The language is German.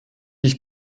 ich